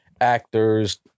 actors